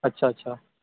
अच्छा अच्छा